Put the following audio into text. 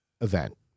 event